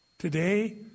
Today